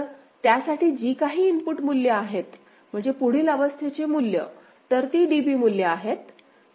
तर त्यासाठी जी काही इनपुट मूल्ये आहेत म्हणजे पुढील अवस्थेचे मूल्य तर ती DB मूल्ये आहेत